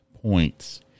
points